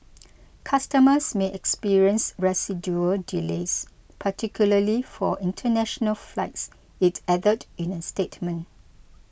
customers may experience residual delays particularly for international flights it added in a statement